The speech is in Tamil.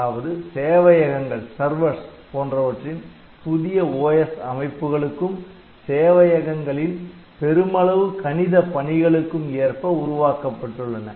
அதாவது சேவையகங்கள் போன்றவற்றின் புதிய OS அமைப்புகளுக்கும் சேவையகங்களின் பெருமளவு கணித பணிகளுக்கும் ஏற்ப உருவாக்கப்பட்டுள்ளன